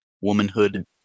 womanhood